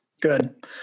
good